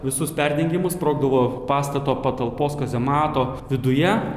visus perdengimus sprogdavo pastato patalpos kazemato viduje